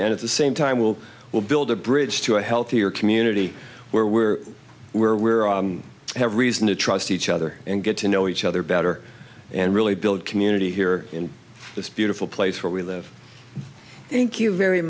solution at the same time will will build a bridge to a healthier community where we're where we're all have reason to trust each other and get to know each other better and really build community here in this beautiful place where we live in kew very